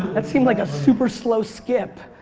that seem like a super slow skip.